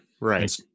Right